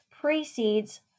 precedes